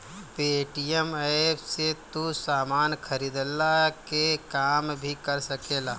Paytm app से तू सामान खरीदला के काम भी कर सकेला